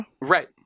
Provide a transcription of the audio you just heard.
Right